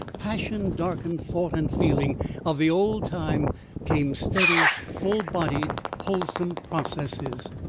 passion-darkened thought and feeling of the old time came steady, full-bodied, wholesome processes.